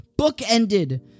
bookended